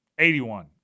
81